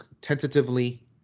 tentatively